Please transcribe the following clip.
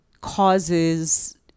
causes